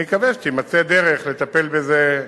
אני מקווה שתימצא דרך לטפל בזה,